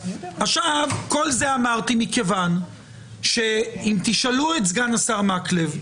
את כל זה אמרתי מכיוון שאם תשאלו את סגן השר מקלב,